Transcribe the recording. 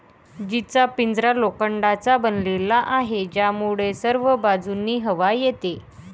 जीचा पिंजरा लोखंडाचा बनलेला आहे, ज्यामध्ये सर्व बाजूंनी हवा येते